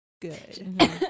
good